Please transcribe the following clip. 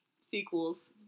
sequels